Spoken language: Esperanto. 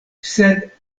sed